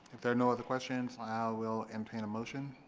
if there are no other questions ah will entertain a motion